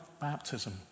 baptism